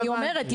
אני אומרת,